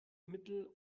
mittel